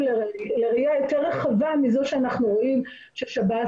לראייה יותר רחבה מזאת שאנחנו רואים ששב"ס